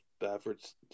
Baffert